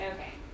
Okay